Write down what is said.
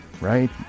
Right